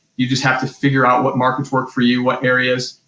you just have to figure out what markets work for you, what areas,